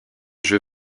jeu